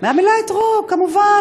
מהמילה אתרוג, כמובן.